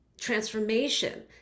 transformation